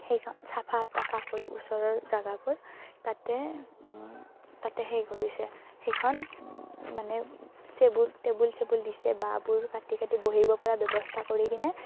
সেইখন চাফা তাফা কৰি ওচৰৰ জাগাবোৰ তাতে তাতে সেই কৰিছে সেইখন মানে চেবুল টেবুল চেবুল দিছে বাঁহবোৰ কাটি কাটি বহিব পৰা ব্যৱস্থা কৰি কিনে